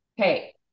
Okay